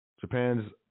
Japan's